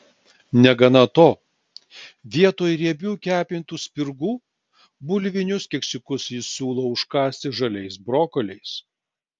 negana to vietoj riebių kepintų spirgų bulvinius keksiukus jis siūlo užkąsti žaliais brokoliais